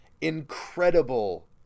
incredible